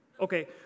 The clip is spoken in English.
okay